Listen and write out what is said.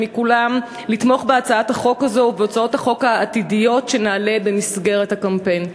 לתמוך בהצעת החוק הזאת ובהצעות החוק העתידיות שנעלה במסגרת הקמפיין.